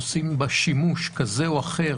עושים בה שימוש כזה או אחר